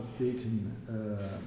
updating